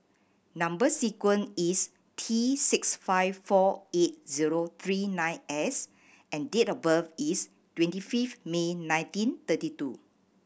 number sequence is T six five four eight zero three nine S and date of birth is twenty fifth May nineteen thirty two